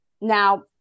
now